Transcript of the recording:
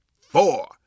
four